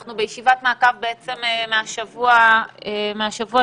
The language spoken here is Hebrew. אנחנו בישיבת מעקב מהשבוע שעבר,